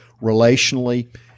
relationally